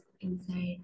inside